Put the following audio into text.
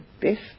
best